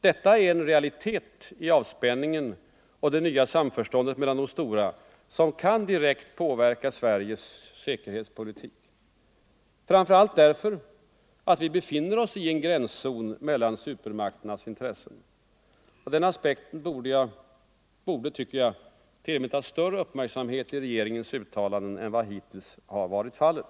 Detta är en realitet i avspänningen och det nya samförståndet mellan de stora som kan direkt påverka Sveriges säkerhetspolitik, framför allt därför att vi befinner oss i en gränszon mellan supermakternas intressen. Den aspekten borde, tycker jag, tillmätas större uppmärksamhet i regeringens uttalanden än vad som hittills har varit fallet.